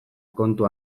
kontu